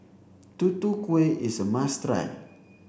Tutu Kueh is a must try